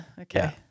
Okay